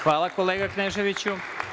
Hvala, kolega Kneževiću.